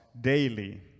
daily